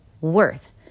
worth